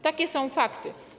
Takie są fakty.